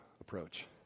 approach